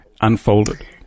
unfolded